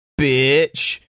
bitch